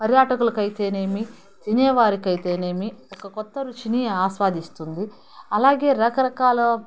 పర్యాటకులకు ఐతేనేమీ తినే వారికి ఐతేనేమి ఒక క్రొత్త రుచిని ఆస్వాదిస్తుంది అలాగే రకరకాల